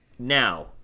Now